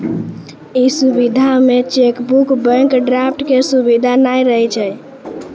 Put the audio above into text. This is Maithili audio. इ सुविधा मे चेकबुक, बैंक ड्राफ्ट के सुविधा नै रहै छै